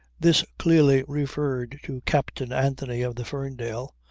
this clearly referred to captain anthony of the ferndale.